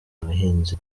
abahinzi